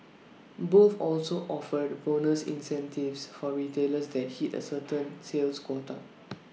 both also offered bonus incentives for retailers that hit A certain sales quota